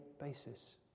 basis